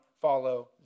follow